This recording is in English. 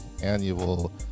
Annual